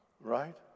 Right